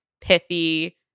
pithy